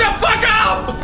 yeah fuck up!